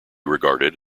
regarded